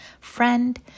friend